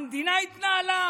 המדינה התנהלה,